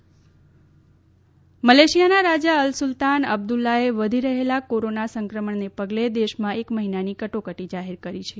Malaysia મલેશિયાના રાજા Al Sultan અબદુલ્લાએ વધી રહેલા કોરોના સંક્રમણના પગલે દેશમાં એક મહિનાની કટોકટી જાહેર કરી છે